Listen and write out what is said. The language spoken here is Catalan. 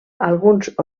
alguns